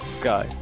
go